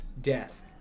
death